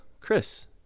Chris